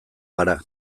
gara